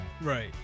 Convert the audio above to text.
Right